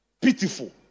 Pitiful